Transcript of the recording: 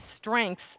strengths